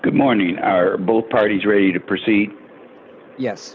good morning both parties ready to proceed yes